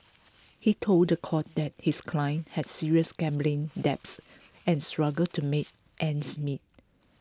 he told the court that his client had serious gambling debts and struggled to make ends meet